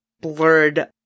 blurred